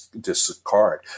discard